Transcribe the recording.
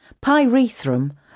Pyrethrum